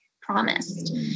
promised